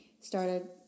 started